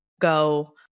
go